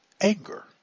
anger